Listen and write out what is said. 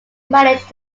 managed